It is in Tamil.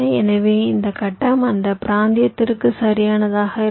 எனவே இந்த கட்டம் அந்த பிராந்தியத்திற்கு சரியானதாக இருக்கும்